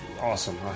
awesome